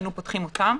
היינו פותחים אותן.